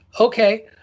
okay